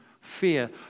fear